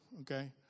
Okay